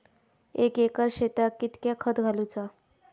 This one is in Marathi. एक एकर शेताक कीतक्या खत घालूचा?